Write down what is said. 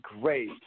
great